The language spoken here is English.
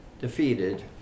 defeated